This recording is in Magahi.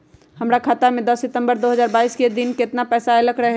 हमरा खाता में दस सितंबर दो हजार बाईस के दिन केतना पैसा अयलक रहे?